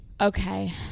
Okay